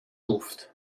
ruft